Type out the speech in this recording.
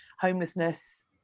homelessness